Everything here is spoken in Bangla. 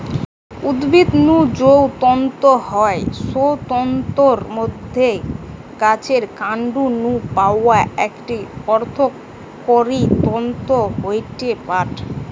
উদ্ভিদ নু যৌ তন্তু হয় সৌ তন্তুর মধ্যে গাছের কান্ড নু পাওয়া একটি অর্থকরী তন্তু হয়ঠে পাট